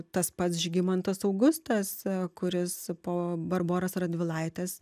tas pats žygimantas augustas kuris po barboros radvilaitės